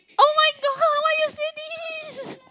oh-my-god why you say this